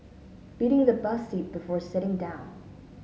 beating the bus seat before sitting down